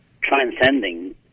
transcending